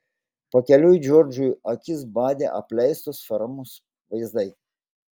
pakeliui džordžui akis badė apleistos fermos vaizdai